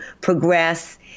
progress